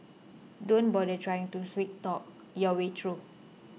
don't bother trying to sweet talk your way through